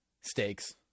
stakes